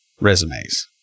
resumes